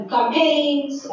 Campaigns